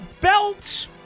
belt